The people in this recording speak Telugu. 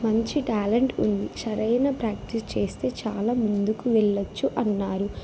మంచి ట్యాలెంట్ ఉంది సరైన ప్రాక్టీస్ చేస్తే చాలా ముందుకు వెళ్ళచ్చు అన్నారు